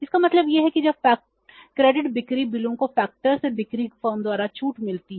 इसलिए श्रेणीकरण एसे बिक्री फर्म द्वारा छूट मिलती है